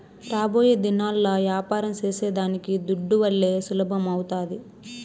రాబోయేదినాల్ల యాపారం సేసేదానికి దుడ్డువల్లే సులభమౌతాది